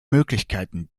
möglichkeiten